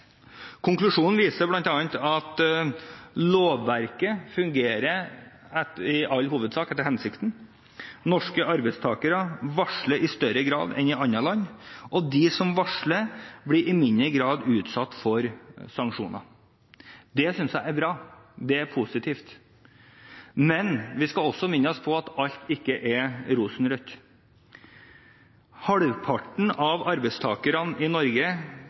Konklusjonen viser bl.a. at lovverket i all hovedsak fungerer etter hensikten. Norske arbeidstakere varsler i større grad enn i andre land, og de som varsler, blir i mindre grad utsatt for sanksjoner. Det synes jeg er bra. Det er positivt. Men vi skal også minne oss selv på at alt ikke er rosenrødt. Halvparten av arbeidstakerne i Norge